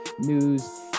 news